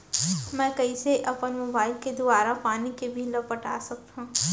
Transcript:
मैं कइसे अपन मोबाइल के दुवारा पानी के बिल ल पटा सकथव?